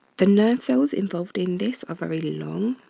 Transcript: the nerve cells involved in this are really long.